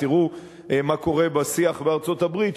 תראו מה קורה בשיח בארצות-הברית,